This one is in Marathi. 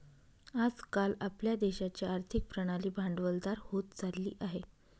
आज काल आपल्या देशाची आर्थिक प्रणाली भांडवलदार होत चालली आहे